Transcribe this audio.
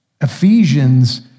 Ephesians